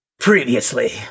Previously